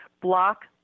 Block